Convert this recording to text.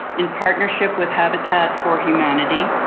in partnership with habitat for humanity.